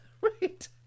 Right